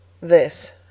This